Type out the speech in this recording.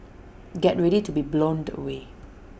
get ready to be blown away